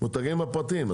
המותגים הפרטיים,